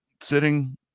Sitting